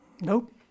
Nope